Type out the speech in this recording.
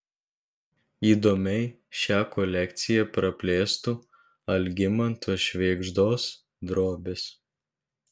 įdomiai šią kolekciją praplėstų algimanto švėgždos drobės